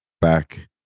back